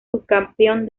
subcampeón